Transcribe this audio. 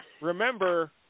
remember